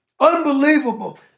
Unbelievable